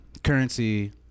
Currency